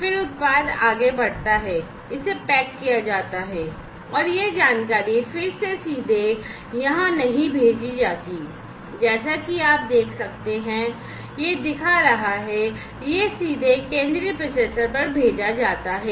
फिर उत्पाद आगे बढ़ता है इसे पैक किया जाता है और यह जानकारी फिर से सीधे यहां नहीं भेजी जाती है जैसा कि आप यहां देख सकते हैं यह दिखा रहा है कि यह सीधे केंद्रीय प्रोसेसर पर भेजा जाता है